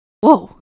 Whoa